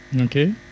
Okay